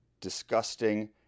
disgusting